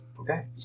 Okay